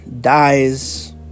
Dies